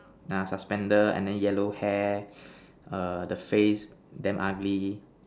ah suspender and then yellow hair err the face damn ugly